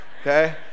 Okay